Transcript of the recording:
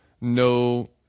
no